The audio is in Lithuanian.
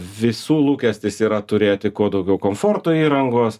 visų lūkestis yra turėti kuo daugiau komforto įrangos